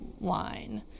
line